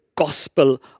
gospel